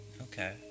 okay